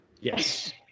Yes